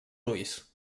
ulls